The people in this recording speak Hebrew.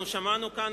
אנחנו שמענו כאן,